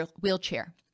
wheelchair